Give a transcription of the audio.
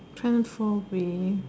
transforming